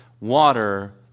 water